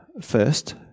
First